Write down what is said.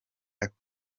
ako